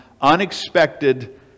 unexpected